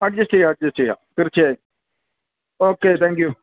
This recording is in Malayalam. അഡ്ജസ്റ്റെ ചെയ്യാം അഡ്ജസ്റ്റെ ചെയ്യാം തീർച്ചയായും ഓക്കേ താങ്ക് യൂ